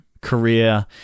career